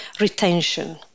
retention